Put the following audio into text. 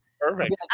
Perfect